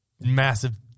Massive